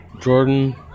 Jordan